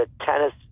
tennis